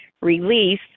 release